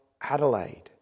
Adelaide